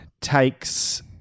takes